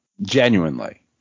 genuinely